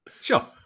Sure